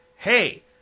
hey